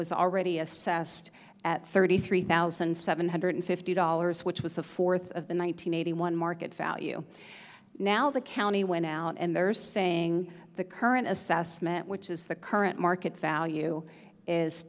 was already assessed at thirty three thousand seven hundred fifty dollars which was a fourth of the one nine hundred eighty one market value now the county went out and they're saying the current assessment which is the current market value is